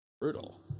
brutal